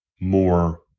more